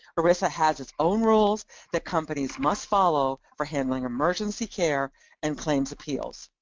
erisa has its own rules that companies must follow for handling emergency care and claims appeals,